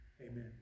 Amen